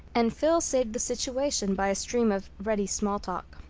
and phil saved the situation by a stream of ready small talk.